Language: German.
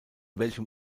welchem